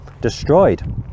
destroyed